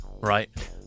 Right